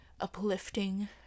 uplifting